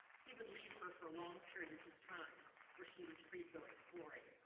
he would leave her for long periods of time where she was free to go exploring,